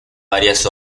varias